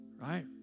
right